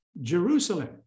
Jerusalem